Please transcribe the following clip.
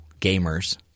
gamers